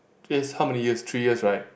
three years how many years three years right